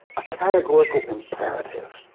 a categorical imperative.